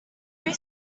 free